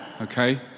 okay